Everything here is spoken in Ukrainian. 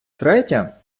третя